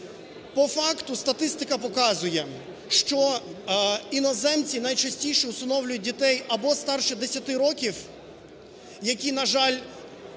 По факту статистика показує, що іноземці найчастіше всиновлюють дітей або старше 10 років, які, на жаль,